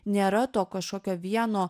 nėra to kažkokio vieno